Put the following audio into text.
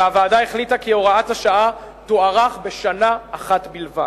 והוועדה החליטה כי הוראת השעה תוארך בשנה אחת בלבד.